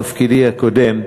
בתפקידי הקודם,